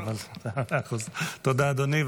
תודה, אדוני.